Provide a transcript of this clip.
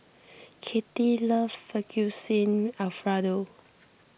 Katie loves Fettuccine Alfredo